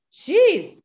Jeez